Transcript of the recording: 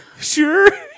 Sure